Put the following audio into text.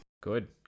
Good